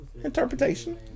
Interpretation